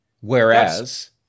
Whereas